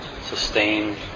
sustained